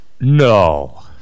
no